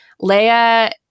Leia